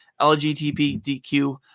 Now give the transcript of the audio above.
LGBTQ